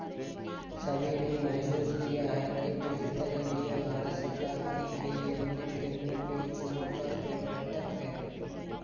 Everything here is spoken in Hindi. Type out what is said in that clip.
सभी ने महसूस किया है कि डिजिटल इंडिया भारत सरकार की कई अन्य प्रमुख योजनाओं का प्रवर्तक है